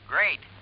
Great